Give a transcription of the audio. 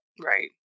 Right